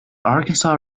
arkansas